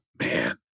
man